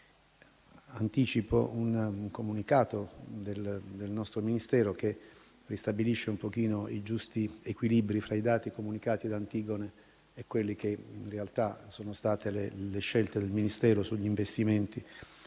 anticipo un comunicato del nostro Dicastero che ristabilisce i giusti equilibri fra i dati comunicati da Antigone e quelle che in realtà sono state le scelte del Ministero sugli investimenti